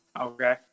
Okay